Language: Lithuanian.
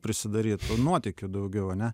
prisidaryt nuotykių daugiau ane